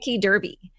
Derby